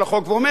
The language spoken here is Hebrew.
מצטערים,